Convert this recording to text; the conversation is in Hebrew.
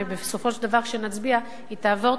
ובסופו של דבר כשנצביע היא תעבור.